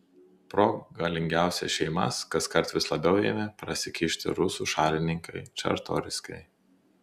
pro galingiausias šeimas kaskart vis labiau ėmė prasikišti rusų šalininkai čartoriskiai